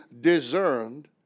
discerned